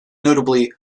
notably